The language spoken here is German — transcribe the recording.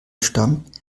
stammt